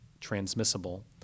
transmissible